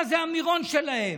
מה זה "המירון שלהם"?